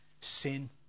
sin